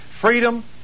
freedom